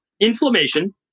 inflammation